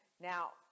now